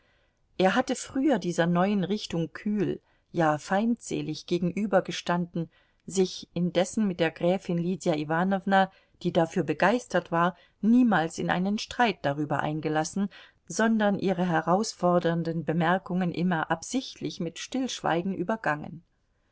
er hatte früher dieser neuen richtung kühl ja feindselig gegenübergestanden sich indessen mit der gräfin lydia iwanowna die dafür begeistert war niemals in einen streit darüber eingelassen sondern ihre herausfordernden bemerkungen immer absichtlich mit stillschweigen übergangen